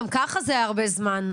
גם ככה זה הרבה זמן.